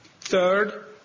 Third